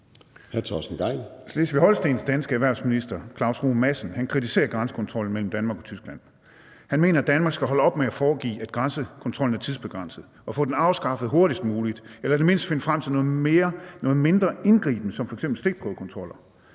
Slesvig-Holstens danske erhvervsminister, Claus Ruhe Madsen, kritiserer grænsekontrollen mellem Danmark og Tyskland. Han mener, at Danmark skal holde op med at foregive, at grænsekontrollen er tidsbegrænset, og at den skal afskaffes hurtigst muligt, eller at man i det mindste skal finde frem til noget mindre indgribende som f.eks. stikprøvekontroller.